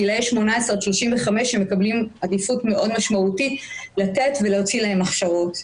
גילאי 18 עד 35 שמקבלים עדיפות מאוד משמעותית לתת ולהוציא להם הכשרות.